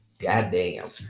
goddamn